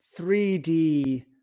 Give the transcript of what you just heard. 3D